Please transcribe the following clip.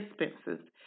expenses